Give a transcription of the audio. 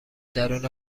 درون